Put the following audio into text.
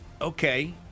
okay